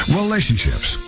relationships